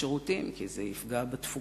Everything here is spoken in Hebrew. לשירותים כי אם ילכו לשירותים תיפגע התפוקה,